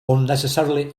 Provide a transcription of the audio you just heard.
unnecessarily